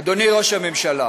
אדוני ראש הממשלה,